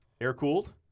air-cooled